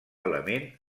element